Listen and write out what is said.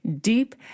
deep